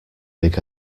big